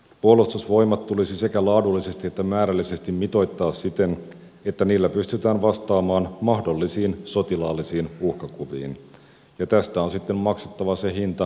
puolustusvoimat tulisi sekä laadullisesti että määrällisesti mitoittaa siten että sillä pystytään vastaamaan mahdollisiin sotilaallisiin uhkakuviin ja tästä on sitten maksettava se hinta minkä se maksaa